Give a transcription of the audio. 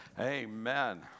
Amen